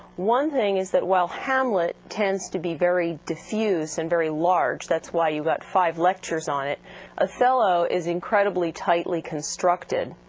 one thing is that while hamlet tends to be very diffuse and very large that's why you've got five lectures on it othello is incredibly tightly constructed.